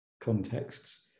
contexts